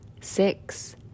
six